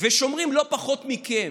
ושומרים לא פחות מכם,